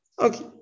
Okay